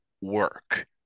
work